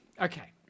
Okay